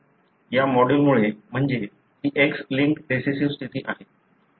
या मॉडेलमुळे म्हणजे ती X लिंक्ड रिसेसिव्ह स्थिती आहे